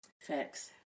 Facts